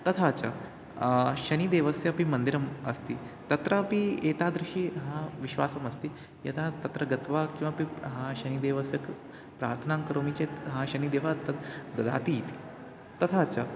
तथा च शनिदेवस्यापि मन्दिरम् अस्ति तत्रापि एतादृशं हा विश्वासमस्ति यदा तत्र गत्वा किमपि हा शनिदेवस्य कृते प्रार्थनां करोमि चेत् हा शनिदेवा तत् ददाति इति तथा च